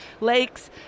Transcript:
lakes